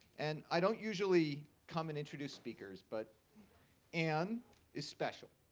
and i don't usually come and introduce speakers. but anne is special.